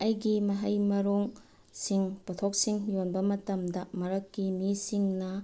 ꯑꯩꯒꯤ ꯃꯍꯩ ꯃꯔꯣꯡꯁꯤꯡ ꯄꯣꯠꯊꯣꯛꯁꯤꯡ ꯌꯣꯟꯕ ꯃꯇꯝꯗ ꯃꯔꯛꯀꯤ ꯃꯤꯁꯤꯡꯅ